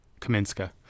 Kaminska